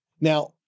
Now